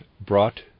brought